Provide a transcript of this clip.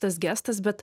tas gestas bet